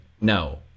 no